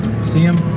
see em?